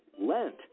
Lent